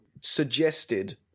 suggested